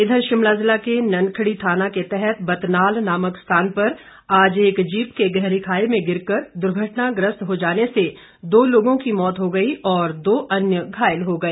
इधर शिमला जिला के ननखड़ी थाना के तहत बतनाल नामक स्थान पर आज एक जीप के गहरी खाई में गिरकर दुर्घटनाग्रस्त हो जाने से दो लोगों की मौत हो गई और दो अन्य घायल हो गए